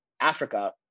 Africa